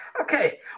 okay